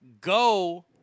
go